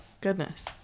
Goodness